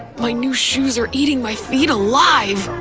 my new shoes are eating my feet alive!